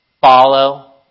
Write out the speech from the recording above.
Follow